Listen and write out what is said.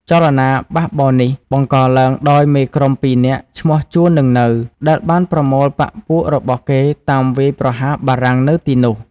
ចលនាបះបោរនេះបង្កឡើងដោយមេក្រុមពីរនាក់ឈ្មោះ ជួន និង នៅ ដែលបានប្រមូលបក្សពួករបស់គេតាមវាយប្រហារបារាំងនៅទីនោះ។